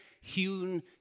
hewn